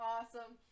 Awesome